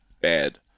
bad